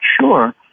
sure